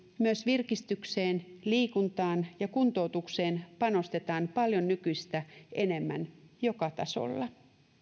myös virkistykseen liikuntaan ja kuntoutukseen panostetaan paljon nykyistä enemmän joka tasolla